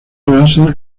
basa